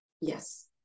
Yes